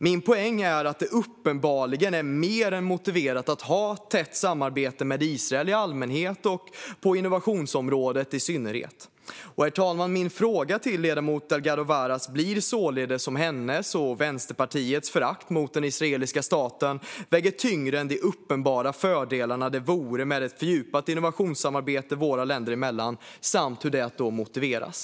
Min poäng är att det uppenbarligen är mer än motiverat att ha tätt samarbete med Israel i allmänhet och på innovationsområdet i synnerhet. Herr talman! Min fråga till ledamoten Delgado Varas blir således om hennes och Vänsterpartiets förakt mot den israeliska staten väger tyngre än de uppenbara fördelar som det vore med ett fördjupat innovationssamarbete våra länder emellan samt hur det då motiveras.